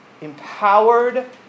empowered